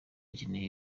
akeneye